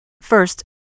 First